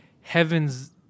Heaven's